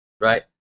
right